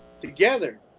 together